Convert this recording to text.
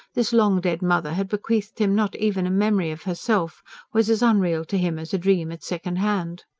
this long dead mother had bequeathed him not even a memory of herself was as unreal to him as a dream at second hand.